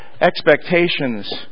expectations